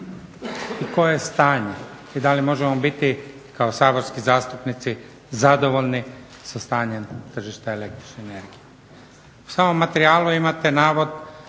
i koje stanje i da li možemo biti kao saborski zastupnici zadovoljni sa stanjem tržišta električne energije. U samom materijalu imate navod